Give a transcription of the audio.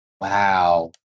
Wow